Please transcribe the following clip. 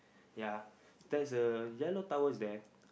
ya there is a yellow tower is there